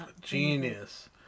Genius